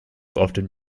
often